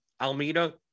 Almeida